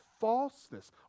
falseness